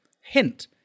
Hint